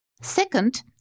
Second